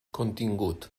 contingut